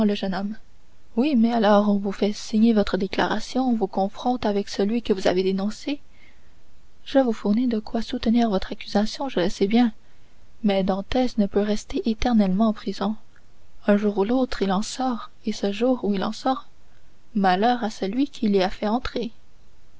jeune homme oui mais alors on vous fait signer votre déclaration on vous confronte avec celui que vous avez dénoncé je vous fournis de quoi soutenir votre accusation je le sais bien mais dantès ne peut rester éternellement en prison un jour ou l'autre il en sort et ce jour où il en sort malheur à celui qui l'y a fait entrer